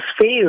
fail